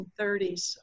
1930s